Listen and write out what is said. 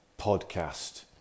podcast